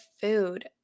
food